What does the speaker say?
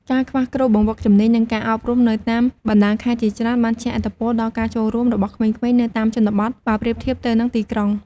ការខ្វះគ្រូបង្វឹកជំនាញ និងការអប់រំនៅតាមបណ្ដាខេត្តជាច្រើនបានជះឥទ្ធិពលដល់ការចូលរួមរបស់ក្មេងៗនៅតាមជនបទ បើប្រៀបធៀបទៅនឹងទីក្រុង។